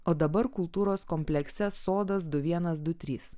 o dabar kultūros komplekse sodas du vienas du trys